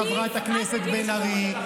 חברת הכנסת בן ארי,